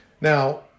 Now